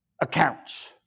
accounts